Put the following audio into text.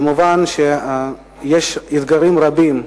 כמובן, יש אתגרים רבים,